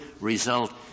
result